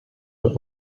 will